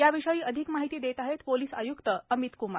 याविषयी अधिक माहिती देत आहेत पोलीस आय्क्त अमितेशक्मार